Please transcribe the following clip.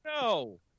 No